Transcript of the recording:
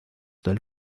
del